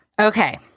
Okay